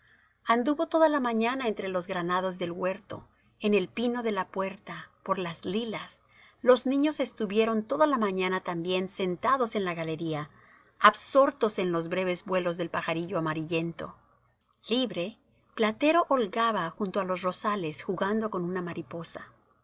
anduvo toda la mañana entre los granados del huerto en el pino de la puerta por las lilas los niños estuvieron toda la mañana también sentados en la galería absortos en los breves vuelos del pajarillo amarillento libre platero holgaba junto á los rosales jugando con una mariposa a